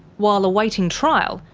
while awaiting trial,